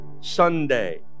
Sunday